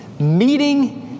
meeting